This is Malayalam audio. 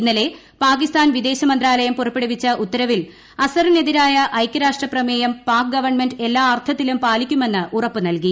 ഇന്നളലു പ്പാകിസ്ഥാൻ വിദേശമന്ത്രാലയം പുറപ്പെടുവിച്ച ഉത്തരവിൽ അസറിനെതിരായ് ഐക്യരാഷ്ട്ര പ്രമേയം പാക് ഗവൺമെന്റ് എല്ലാ അർത്ഥത്തിലും പാലിക്കുമെന്ന് ഉറപ്പ് നൽകി